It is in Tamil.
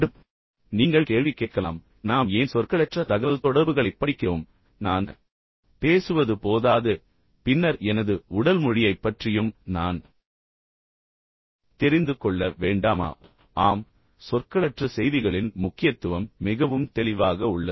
இப்போது நீங்கள் என்னிடம் கேள்வி கேட்கலாம் எனவே நாம் ஏன் சொற்களற்ற தகவல்தொடர்புகளைப் படிக்கிறோம் எனவே நான் பேசுவது போதாது பின்னர் எனது உடல் மொழியைப் பற்றியும் நான் தெரிந்து கொள்ள வேண்டாமா ஆம் சொற்களற்ற செய்திகளின் முக்கியத்துவம் மிகவும் தெளிவாக உள்ளது